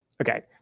Okay